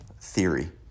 theory